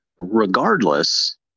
regardless